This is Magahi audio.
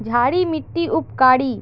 क्षारी मिट्टी उपकारी?